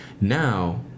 Now